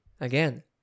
Again